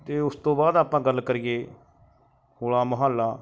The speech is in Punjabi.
ਅਤੇ ਉਸ ਤੋਂ ਬਾਅਦ ਆਪਾਂ ਗੱਲ ਕਰੀਏ ਹੋਲਾ ਮਹੱਲਾ